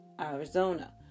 Arizona